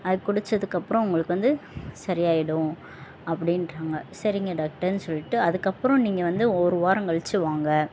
அது குடித்ததுக்கு அப்புறம் உங்களுக்கு வந்து சரியாகிடும் அப்படின்றாங்க சரிங்க டாக்டர் சொல்லிட்டு அதுக்கப்புறம் நீங்கள் வந்து ஒரு வாரம் கழிச்சி வாங்க